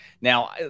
now